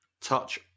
touch